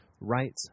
right